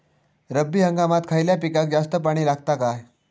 रब्बी हंगामात खयल्या पिकाक जास्त पाणी लागता काय?